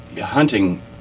hunting